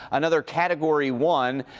another category one,